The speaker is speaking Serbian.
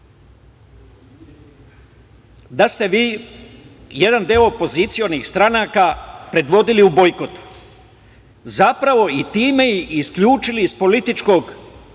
da ste vi jedan deo opozicionih stranaka predvodili u bojkotu, zapravo, i time ih isključili iz političkog života